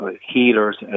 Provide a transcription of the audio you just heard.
healers